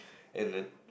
and then